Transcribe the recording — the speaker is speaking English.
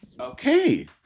Okay